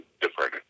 different